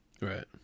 Right